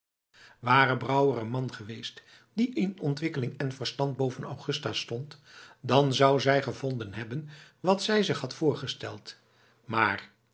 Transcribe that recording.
ware brouwer een man geweest die in ontwikkeling en verstand boven augusta stond dan zou zij gevonden hebben wat zij zich had voorgesteld maar